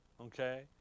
Okay